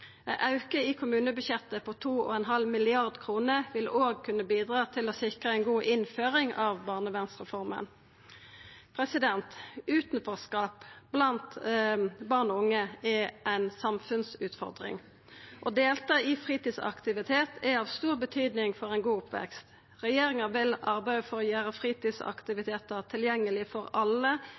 auke i kommunebudsjettet på 2,5 mrd. kr vil òg kunna bidra til å sikra ei god innføring av barnevernsreforma. Utanforskap blant barn og unge er ei samfunnsutfordring. Å delta i fritidsaktivitet er av stor betyding for ein god oppvekst. Regjeringa vil arbeida for å gjera fritidsaktivitetar tilgjengelege for alle